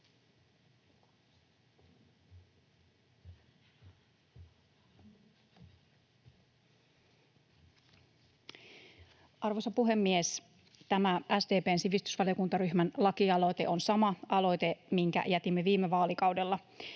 Arvoisa puhemies! Tämä SDP:n sivistysvaliokuntaryhmän lakialoite on sama aloite, minkä jätimme viime vaalikaudella.